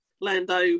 Lando